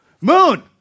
Moon